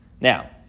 Now